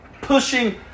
pushing